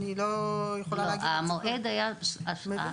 אני לא יכולה להגיד על זה כלום.